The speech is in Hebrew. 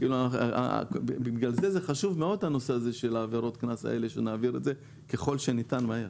לכן חשוב מאוד שנעביר את הנושא הזה של עבירות הקנס ככל שניתן מהר.